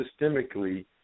systemically –